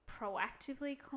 proactively